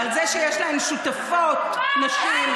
ועל זה שיש להן שותפות נשים.